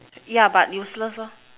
yeah but useless lor